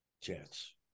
chance